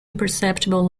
imperceptible